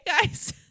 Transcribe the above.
guys